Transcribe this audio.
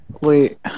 Wait